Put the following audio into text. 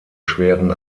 schweren